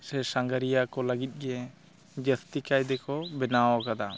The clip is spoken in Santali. ᱥᱮ ᱥᱟᱸᱜᱷᱟᱨᱤᱭᱟᱹ ᱠᱚ ᱞᱟᱹᱜᱤᱫ ᱜᱮ ᱡᱟᱹᱥᱛᱤ ᱠᱟᱭᱛᱮ ᱠᱚ ᱵᱮᱱᱟᱣ ᱠᱟᱫᱟ